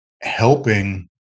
helping